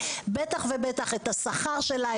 בטח ובטח גם כל הנוגע לשכר,